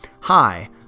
Hi